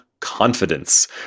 confidence